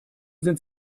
sind